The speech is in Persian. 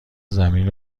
زمین